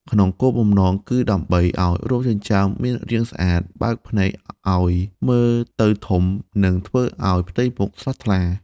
ក្នុងគោលបំណងគឺដើម្បីឲ្យរោមចិញ្ចើមមានរាងស្អាត បើកភ្នែកឲ្យមើលទៅធំ និងធ្វើឲ្យផ្ទៃមុខស្រស់ថ្លា។